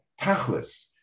Tachlis